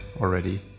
already